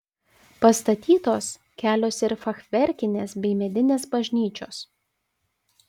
pastatytos kelios ir fachverkinės bei medinės bažnyčios